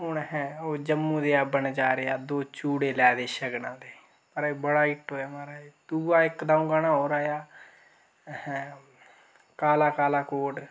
हून है ओह् जम्मू दे बनजारेआ चूड़े लै दे शगनां दे महाराज बड़ा हिट होएया महाराज दूआ इक द'ऊं गाना होर आया ए हां काला काला कोट